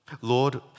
Lord